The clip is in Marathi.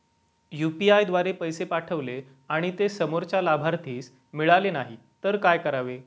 यु.पी.आय द्वारे पैसे पाठवले आणि ते समोरच्या लाभार्थीस मिळाले नाही तर काय करावे?